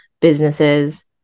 businesses